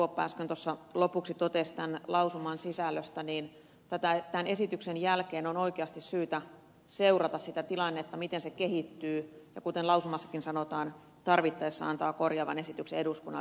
kuoppa äsken lopuksi totesi tämän lausuman sisällöstä niin tämän esityksen jälkeen on oikeasti syytä seurata sitä tilannetta miten se kehittyy ja kuten lausumassakin sanotaan tarvittaessa antaa korjaava esitys eduskunnalle